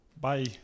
bye